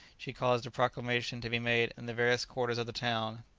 she caused a proclamation to be made in the various quarters of the town,